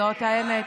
זאת האמת.